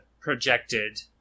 projected